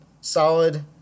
solid